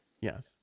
yes